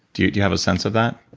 do you have a sense of that?